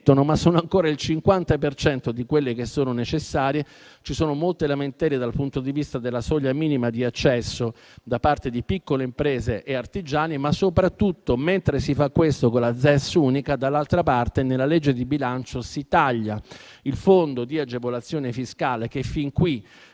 ma sono ancora il 50 per cento di quelle necessarie. Ci sono molte lamentele dal punto di vista della soglia minima di accesso da parte di piccole imprese e artigiani, ma soprattutto, mentre si fa questo con la ZES unica, dall'altra parte, nella legge di bilancio si taglia il Fondo di agevolazione fiscale che fin qui